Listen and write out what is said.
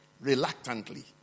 reluctantly